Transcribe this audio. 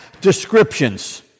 descriptions